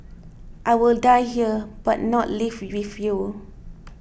I will die here but not leave with you